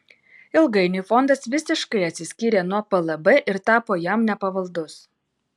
ilgainiui fondas visiškai atsiskyrė nuo plb ir tapo jam nepavaldus